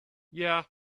yeah